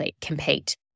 compete